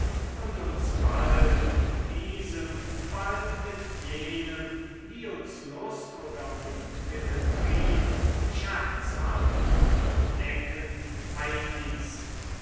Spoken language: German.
und uns bald mit diesem bald mit jenem wie uns lust oder mutwille trieb scherzhaft und neckend einließen